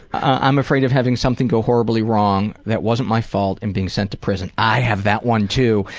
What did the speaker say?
i'm afraid of having something go horribly wrong that wasn't my fault and being sent to prison. i have that one too.